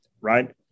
right